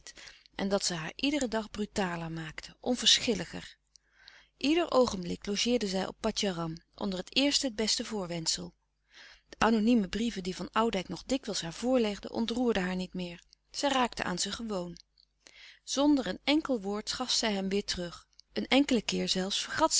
en dat ze haar iederen dag brutaler maakte onverschilliger ieder oogenblik logeerde zij op patjaram onder het eerste het beste voorwendsel de anonieme brieven die van oudijck nog dikwijls haar voorlegde ontroerden haar niet meer zij raakte aan ze gewoon zonder een enkel woord gaf zij ze hem weêr terug een enkelen keer zelfs vergat